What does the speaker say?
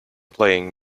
playing